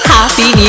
Happy